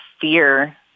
fear